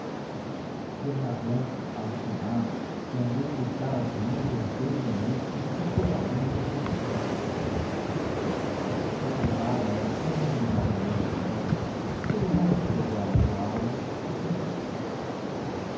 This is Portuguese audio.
bernardão alucinado mandou cortar as mãos aos dous ministros e foi a única vingança estrelada era tão admiravelmente bela que ele não se atreveu a magoá la e cedeu